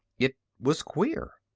it was queer.